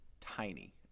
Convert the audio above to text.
tiny